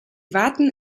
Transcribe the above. warten